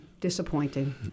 disappointing